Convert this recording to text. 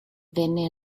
venne